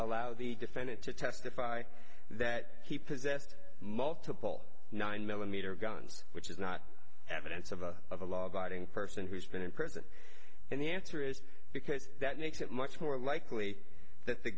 allow the defendant to testify that he possessed multiple nine millimeter guns which is not evidence of a of a law abiding person who's been in prison and the answer is because that makes it much more likely that the